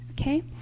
okay